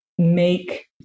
make